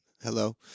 Hello